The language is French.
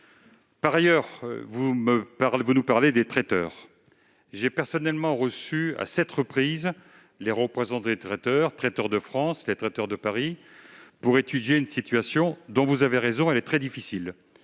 Par ailleurs, vous nous parlez des traiteurs. J'ai personnellement reçu à sept reprises les représentants des traiteurs, les Traiteurs de France, les Traiteurs de Paris, pour examiner une situation qui est- vous avez raison -très difficile